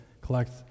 collect